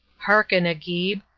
hearken, agib!